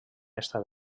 estat